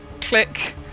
click